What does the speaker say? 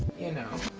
you know,